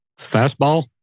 fastball